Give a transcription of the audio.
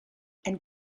and